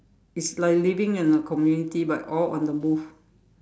it's like living in a community but all on the move